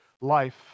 life